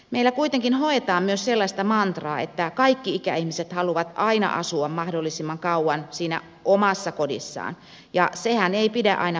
meillä kuitenkin hoetaan myös sellaista mantraa että kaikki ikäihmiset haluavat aina asua mahdollisimman kauan siinä omassa kodissaan ja sehän ei pidä aina paikkaansa